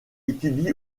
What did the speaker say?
étudie